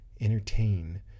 entertain